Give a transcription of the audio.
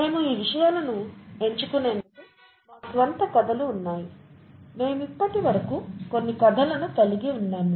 మేము ఈ విషయాలను ఎంచుకునేందుకు మా స్వంత కథలు ఉన్నాయి మేము ఇప్పటివరకు కొన్ని కథలను కలిగి ఉన్నాము